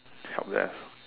help desk